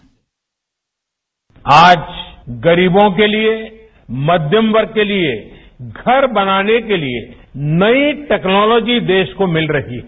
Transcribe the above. bite आज गरीबों के लिए मध्यम वर्ग के लिए घर बनाने के लिए नई टेक्नोलॉजी देश को मिल रही है